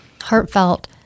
heartfelt